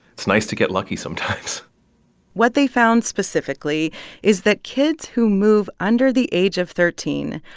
it's nice to get lucky sometimes what they found specifically is that kids who move under the age of thirteen,